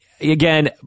Again